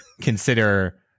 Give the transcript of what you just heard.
consider